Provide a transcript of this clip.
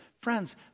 Friends